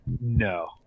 No